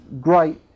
great